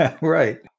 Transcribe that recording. Right